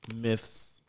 Myths